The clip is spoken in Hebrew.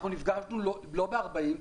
אנחנו --- לא ב-40%.